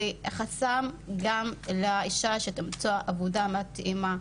זה חסם גם לאישה בלמצוא עבודה מתאימה.